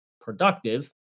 productive